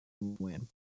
win